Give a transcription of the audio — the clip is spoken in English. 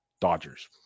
Dodgers